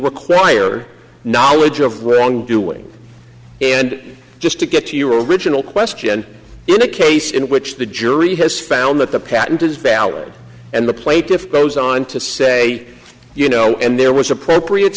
require knowledge of willing doing and just to get to your original question in a case in which the jury has found that the patent is valid and the plaintiff goes on to say you know and there was appropriate